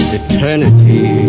eternity